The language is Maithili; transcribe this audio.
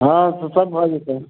हँ तऽ सब भऽ जेतनि